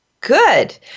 Good